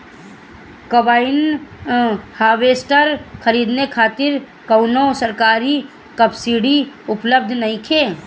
Combine harvester खरीदे खातिर कउनो सरकारी सब्सीडी उपलब्ध नइखे?